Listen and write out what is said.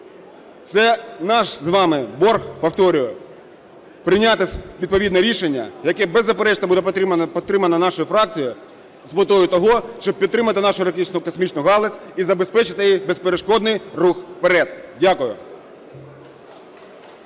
Це наш з вами борг, повторюю – прийняти відповідне рішення, яке беззаперечно буде підтримане нашою фракцією з метою того, щоб підтримати нашу ракетно-космічну галузь і забезпечити її безперешкодний рух вперед. Дякую.